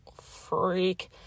freak